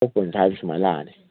four point five ꯁꯨꯃꯥꯏꯅ ꯂꯥꯛꯑꯅꯤ